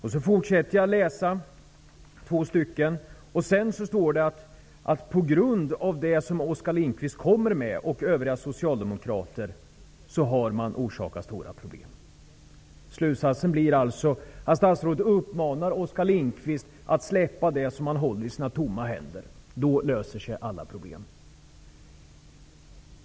Jag fortsätter att läsa och ser att det två stycken längre ned på sidan står att stora problem har orsakats av det Oskar Lindkvist och andra socialdemokrater har kommit med. Slutsatsen blir alltså att statsrådet uppmanar Oskar Lindkvist att släppa det som han håller i sina tomma händer. Då löser sig alla problem.